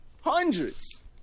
Hundreds